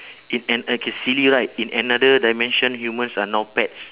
in an~ okay silly right in another dimension humans are now pets